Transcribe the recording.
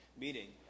meeting